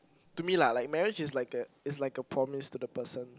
to me lah like marriage is like a is like a promise to the person